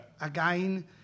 Again